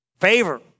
Favor